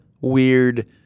weird